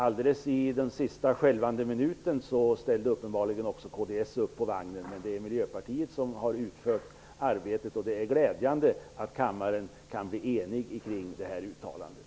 Alldeles i den sista skälvande minuten klev uppenbarligen också kds på vagnen, men det är Miljöpartiet som har utfört arbetet. Det är glädjande att kammaren kan bli enig om det här uttalandet.